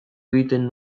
egiten